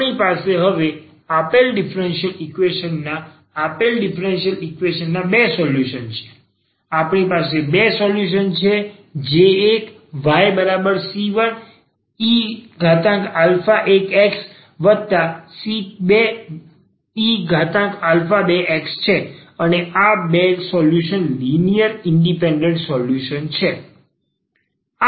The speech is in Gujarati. આપણી પાસે હવે આપેલ આ ડીફરન્સીયલ ઈક્વેશન નાં આપેલ ડીફરન્સીયલ ઈક્વેશન નાં બે સોલ્યુશન છે આપણી પાસે બે સોલ્યુશન છે જે એક yc1e1xc2e2xછે અને આ બે સોલ્યુશન લિનિયર ઇન્ડિપેન્ડન્ટ સોલ્યુશન છે